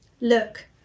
Look